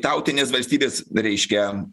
tautinės valstybės reiškia